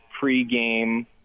pregame